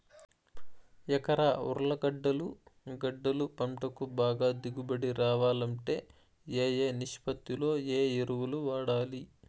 ఎకరా ఉర్లగడ్డలు గడ్డలు పంటకు బాగా దిగుబడి రావాలంటే ఏ ఏ నిష్పత్తిలో ఏ ఎరువులు వాడాలి?